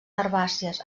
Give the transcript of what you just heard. herbàcies